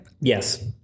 Yes